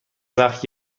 وقت